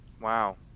wow